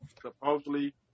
supposedly